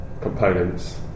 components